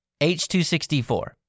H.264